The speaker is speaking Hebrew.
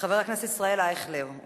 חבר הכנסת ישראל אייכלר,